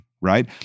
right